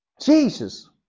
Jesus